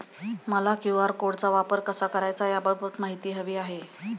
मला क्यू.आर कोडचा वापर कसा करायचा याबाबत माहिती हवी आहे